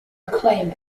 acclaim